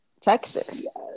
Texas